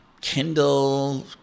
Kindle